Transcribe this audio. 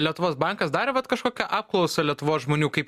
lietuvos bankas darė vat kažkokią apklausą lietuvos žmonių kaip